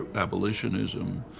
abolitionism,